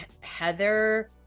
heather